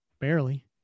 Barely